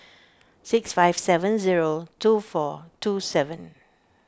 six five seven zero two four two seven